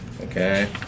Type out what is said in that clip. Okay